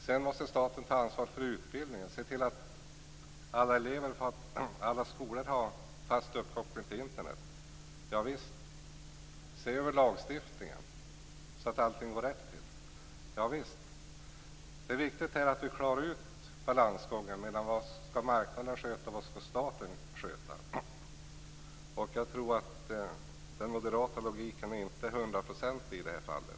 Sedan måste staten ta ansvar för utbildningen och se till att alla elever på alla skolor har fast uppkoppling till Internet - ja visst. Staten måste se över lagstiftningen så att allting går rätt till - ja visst. Det är viktigt att här klara ut balansgången mellan vad marknaden skall sköta och vad staten skall sköta. Jag tror att den moderata logiken inte är hundraprocentig i det fallet.